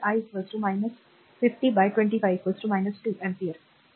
तर i 50 by 25 2 ampere बरोबर